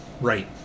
right